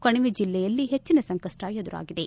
ಕಣಿವೆ ಜಿಲ್ಲೆಯಲ್ಲಿ ಹೆಚ್ಚನ ಸಂಕಷ್ಷ ಎದುರಾಗಿದೆ